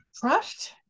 trust